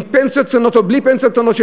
עם פנסיות קטנות או בלי פנסיות קטנות,